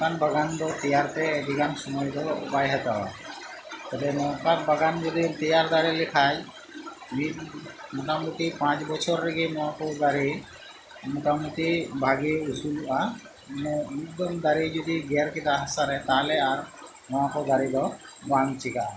ᱱᱚᱝᱠᱟᱱ ᱵᱟᱜᱟᱱ ᱫᱚ ᱛᱮᱭᱟᱨ ᱛᱮ ᱟᱹᱰᱤᱜᱟᱱ ᱥᱩᱢᱟᱹᱭ ᱫᱚ ᱵᱟᱭ ᱦᱟᱛᱟᱣᱟ ᱛᱚᱵᱮ ᱱᱚᱝᱠᱟᱱ ᱵᱟᱜᱟᱱ ᱡᱚᱫᱤᱢ ᱛᱮᱭᱟᱨ ᱫᱟᱲᱮ ᱞᱮᱠᱷᱟᱱ ᱢᱤᱫ ᱢᱚᱴᱟ ᱢᱩᱴᱤ ᱯᱟᱸᱪ ᱵᱚᱪᱷᱚᱨ ᱨᱮᱜᱮ ᱱᱚᱣᱟᱠᱚ ᱫᱟᱨᱮ ᱢᱚᱴᱟ ᱢᱩᱴᱤ ᱵᱷᱟᱜᱮ ᱩᱥᱩᱞᱚᱜᱼᱟ ᱢᱟᱱᱮ ᱢᱤᱫ ᱫᱷᱚᱢ ᱫᱟᱨᱮ ᱡᱚᱫᱤᱭ ᱜᱮᱨ ᱠᱮᱫᱟ ᱦᱟᱥᱟᱨᱮ ᱛᱟᱦᱚᱞᱮ ᱟᱨ ᱱᱚᱣᱟᱠᱚ ᱫᱟᱨᱮᱫᱚ ᱵᱟᱝ ᱪᱮᱠᱟᱜᱼᱟ